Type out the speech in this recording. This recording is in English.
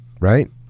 right